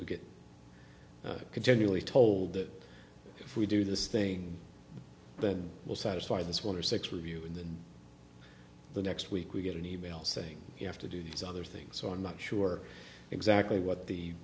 we get continually told that if we do this thing that will satisfy this one or six review and then the next week we get an e mail saying you have to do these other things so i'm not sure exactly what the